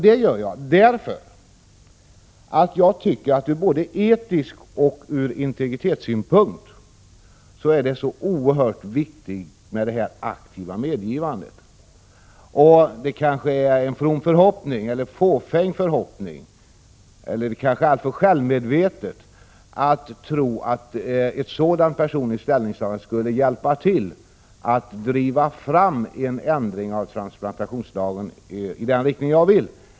Det gör jag därför att jag tycker att det ur både etisk synpunkt och integritetssynpunkt är så oerhört viktigt med det aktiva medgivandet. Det kanske är alltför självmedvetet att tro att ett sådant personligt ställningstagande skulle hjälpa till att driva fram en ändring av transplantationslagen i den riktning jag önskar.